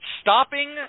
stopping